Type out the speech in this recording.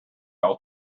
all